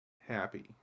Happy